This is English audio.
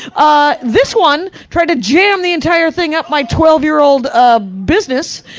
ah, this one, tried to jam the entire thing up my twelve year-old, ah, business,